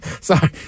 Sorry